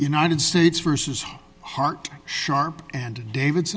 united states versus her heart sharp and david